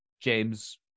james